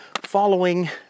following